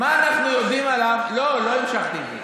מה אנחנו יודעים עליו, לא, לא המשכתי את זה.